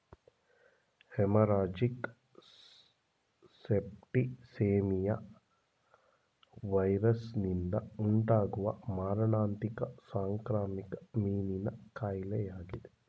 haemorrhagic septicaemia ವೈರಸ್ನಿಂದ ಉಂಟಾಗುವ ಮಾರಣಾಂತಿಕ ಸಾಂಕ್ರಾಮಿಕ ಮೀನಿನ ಕಾಯಿಲೆಯಾಗಿದೆ